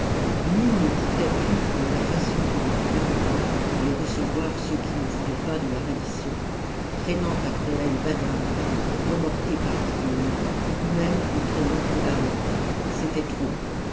nul ne doutait plus de la façon dont le gouvernement allait recevoir ceux qui ne voulaient pas de la reddition traînant après elle badingue remorqué par guillaume ou même n'y traînant que la honte c'était trop